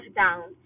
down